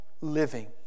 living